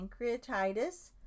pancreatitis